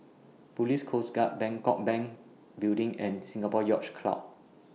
Police Coast Guard Bangkok Bank Building and Singapore Yacht Club